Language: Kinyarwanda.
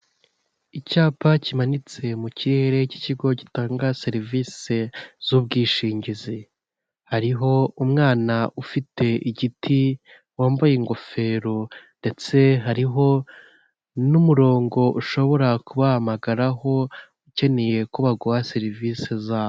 Icyapa kimanitse mu kirere cy'ikigo gitanga serivisi z'ubwishingizi, hariho umwana ufite igiti wambaye ingofero ndetse hariho n'umurongo ushobora kubahamagaraho ukeneye koguha serivisi zabo.